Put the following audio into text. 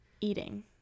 eating